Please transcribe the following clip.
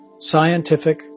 Scientific